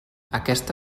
aquesta